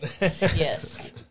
Yes